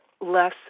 less